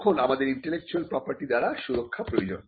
তখন আমাদের intellectual property দ্বারা সেগুলির সুরক্ষা প্রয়োজন